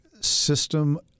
system